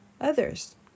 others